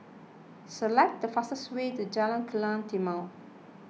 select the fastest way to Jalan Kilang Timor